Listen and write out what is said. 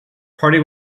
party